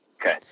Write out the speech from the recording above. Okay